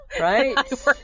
right